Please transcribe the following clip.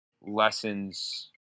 lessons